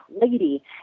lady